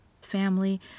family